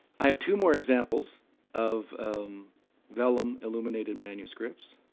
i have two more examples of vellum illuminated manuscripts.